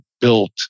built